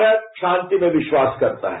भारत शांति में विश्वास करता है